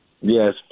Yes